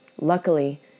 Luckily